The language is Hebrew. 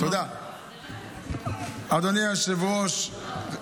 אדוני היושב-ראש,